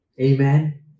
Amen